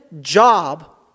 job